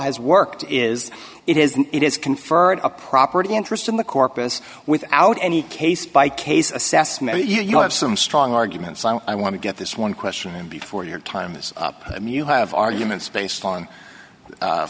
has worked is it is it is conferred a property interest in the corpus without any case by case assessment you have some strong arguments i want to get this one question before your time is up i mean you have arguments based on